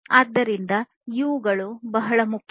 ಆದ್ದರಿಂದ ಇವುಗಳು ಬಹಳ ಮುಖ್ಯ